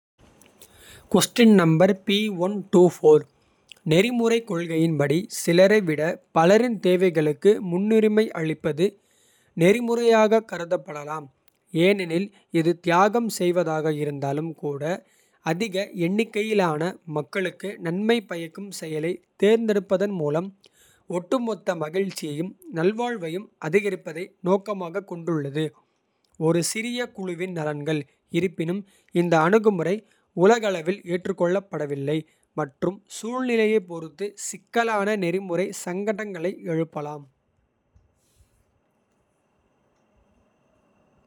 நெறிமுறைக் கொள்கையின்படி சிலரை விட பலரின். தேவைகளுக்கு முன்னுரிமை அளிப்பது நெறிமுறையாகக். கருதப்படலாம் ஏனெனில் இது தியாகம் செய்வதாக. இருந்தாலும் கூட அதிக எண்ணிக்கையிலான. மக்களுக்கு நன்மை பயக்கும் செயலைத். தேர்ந்தெடுப்பதன் மூலம் ஒட்டுமொத்த மகிழ்ச்சியையும். நல்வாழ்வையும் அதிகரிப்பதை நோக்கமாகக் கொண்டுள்ளது. ஒரு சிறிய குழுவின் நலன்கள் இருப்பினும். இந்த அணுகுமுறை உலகளவில் ஏற்றுக்கொள்ளப்படவில்லை. மற்றும் சூழ்நிலையைப் பொறுத்து சிக்கலான. நெறிமுறை சங்கடங்களை எழுப்பலாம்.